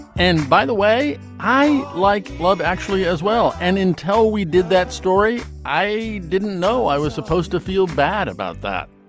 and by the way, i like love actually as well. and intel, we did that story. i didn't know i was supposed to feel bad about that